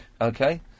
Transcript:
Okay